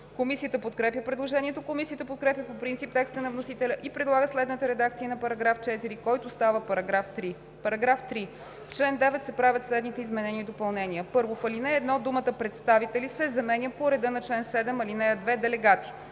Комисията подкрепя предложението. Комисията подкрепя по принцип текста на вносителя и предлага следната редакция на § 4, който става § 3: „§ 3. В чл. 9 се правят следните изменения и допълнения: 1. В ал. 1 думата „представители“ се заменя с „по реда на чл. 7, ал. 2 делегати“.